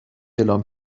اعلام